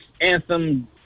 anthem